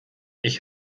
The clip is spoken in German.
ich